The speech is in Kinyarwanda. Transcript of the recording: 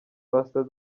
pastor